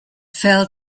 fell